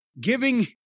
Giving